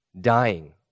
dying